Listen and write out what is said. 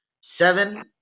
seven